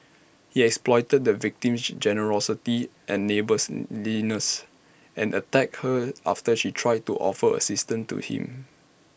he exploited the victim's generosity and neighbours and attacked her after she tried to offer assistance to him